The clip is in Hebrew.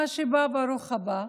מה שבא ברוך הבא.